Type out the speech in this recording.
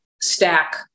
stack